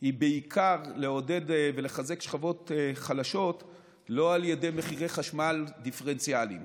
היא בעיקר לעודד ולחזק שכבות חלשות לא על ידי מחירי חשמל דיפרנציאליים